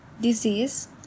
disease